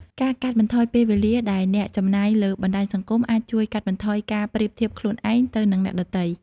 ការកាត់បន្ថយពេលវេលាដែលអ្នកចំណាយលើបណ្តាញសង្គមអាចជួយកាត់បន្ថយការប្រៀបធៀបខ្លួនឯងទៅនឹងអ្នកដទៃ។